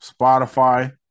Spotify